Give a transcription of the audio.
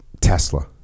Tesla